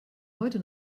heute